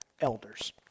elders